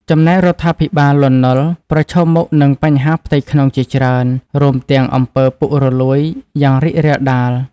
ចំណែករដ្ឋាភិបាលលន់ នល់ ប្រឈមមុខនឹងបញ្ហាផ្ទៃក្នុងជាច្រើន រួមទាំង អំពើពុករលួយយ៉ាងរីករាលដាល។